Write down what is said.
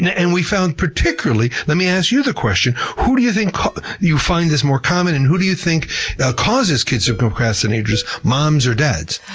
and and we found particularly, let me ask you the question, who do you think you find this more common in? and who do you think causes kids who are procrastinators? moms or dads?